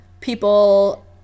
people